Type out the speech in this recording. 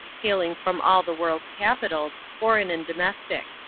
hailing from all the world's capitals, foreign and domestic.